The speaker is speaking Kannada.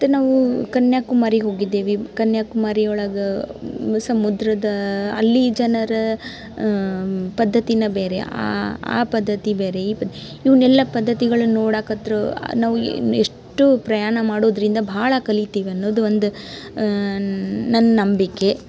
ಮತ್ತು ನಾವು ಕನ್ಯಾಕುಮಾರಿಗೆ ಹೋಗಿದ್ದೇವೆ ಕನ್ಯಾಕುಮಾರಿ ಒಳಗೆ ಸಮುದ್ರದ ಅಲ್ಲಿ ಜನರ ಪದ್ದತಿನೇ ಬೇರೆ ಆ ಪದ್ಧತಿ ಬೇರೆ ಈ ಪದ್ ಇವನ್ನೆಲ್ಲ ಪದ್ದತಿಗಳು ನೋಡಕ್ಕ ಅತ್ರು ನಾವು ಎಷ್ಟು ಪ್ರಯಾಣ ಮಾಡೋದರಿಂದ ಭಾಳ ಕಲೀತೀವಿ ಅನ್ನೋದು ಒಂದು ನನ್ನ ನಂಬಿಕೆ